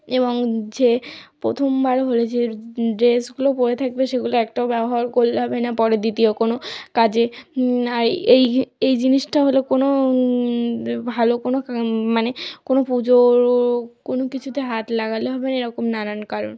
এবং যে প্রথমবার হলে যে ড্রেসগুলো পরে থাকবে সেগুলো একটাও ব্যবহার করলে হবে না পরে দ্বিতীয় কোনো কাজে আর এই এই জিনিসটা হলো কোনো ভালো কোনো মানে কোনো পুজো কোনো কিছুতে হাত লাগালে এরকম নানান কারণ